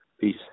peace